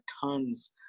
tons